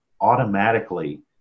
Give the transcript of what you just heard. automatically